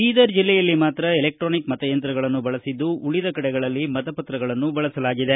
ಬೀದರ್ ಜಿಲ್ಲೆಯಲ್ಲಿ ಮಾತ್ರ ಎಲೆಕ್ಟಾನಿಕ್ ಮತಯಂತ್ರಗಳನ್ನು ಬಳಸಿದ್ದು ಉಳಿದ ಕಡೆಗಳಲ್ಲಿ ಮತಪತ್ರಗಳನ್ನು ಬಳಸಲಾಗಿದೆ